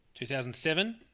2007